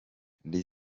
les